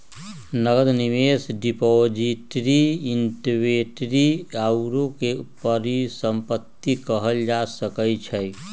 नकद, निवेश, depository, inventory आउरो के परिसंपत्ति कहल जा सकइ छइ